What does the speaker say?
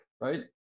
right